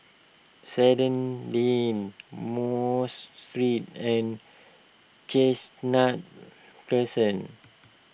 Sandy Lane Mos Street and Chestnut Crescent